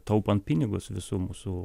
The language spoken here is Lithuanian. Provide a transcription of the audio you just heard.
taupant pinigus visų mūsų